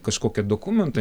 kažkokie dokumentai